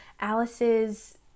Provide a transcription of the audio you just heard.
alice's